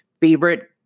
favorite